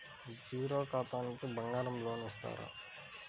Zero ఖాతాకి బంగారం loan ఇస్తారా?